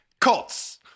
cults